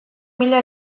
mila